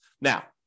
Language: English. Now